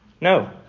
No